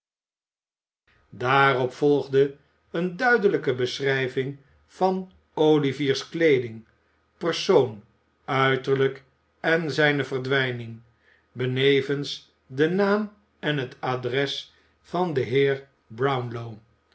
daarop volgde eene duidelijke beschrijving van olivier's kleeding persoon uiterlijk en zijne verdwijning benevens den naam en het adres van den heer brownlow